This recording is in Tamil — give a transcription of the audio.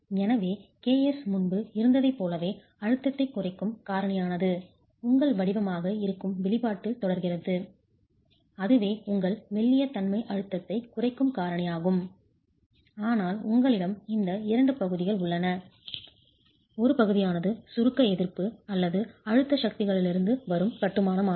எனவே k s முன்பு இருந்ததைப் போலவே அழுத்தத்தைக் குறைக்கும் காரணியானது உங்கள் வடிவமாக இருக்கும் வெளிப்பாட்டில் தொடர்கிறது அதுவே உங்கள் மெல்லிய தன்மை அழுத்தத்தைக் குறைக்கும் காரணியாகும் ஆனால் உங்களிடம் இந்த 2 பகுதிகள் உள்ளன ஒரு பகுதியானது சுருக்க எதிர்ப்பு அல்லது அமுக்க சக்திகளிலிருந்து வரும் கட்டுமானம் ஆகும்